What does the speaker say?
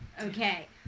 Okay